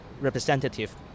representative